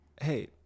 hey